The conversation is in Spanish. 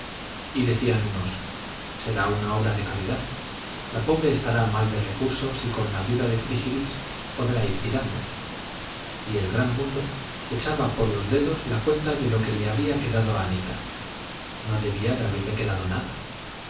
y decían unos será una obra de caridad la pobre estará mal de recursos y con la ayuda de frígilis podrá ir tirando y el gran mundo echaba por los dedos la cuenta de lo que le habría quedado a anita no debía de haberle quedado nada